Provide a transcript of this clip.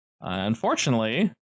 unfortunately